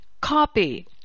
copy